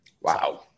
Wow